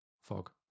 Fog